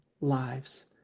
lives